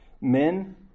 Men